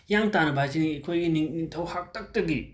ꯍꯤꯌꯥꯡ ꯇꯥꯟꯅꯕ ꯍꯥꯏꯁꯤ ꯏꯈꯣꯏꯒꯤ ꯅꯤꯡꯊꯧ ꯍꯥꯛꯇꯛꯇꯒꯤ